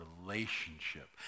relationship